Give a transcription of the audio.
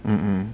mm mm